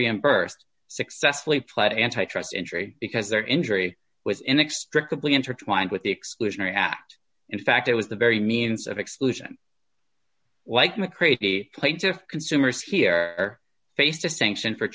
reimbursed successfully played antitrust injury because their injury was inextricably intertwined with the exclusionary act in fact it was the very means of exclusion like mcraven a plaintive consumers here face distinction for